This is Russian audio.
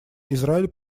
израиль